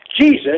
Jesus